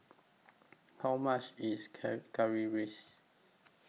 How much IS Curry Currywurst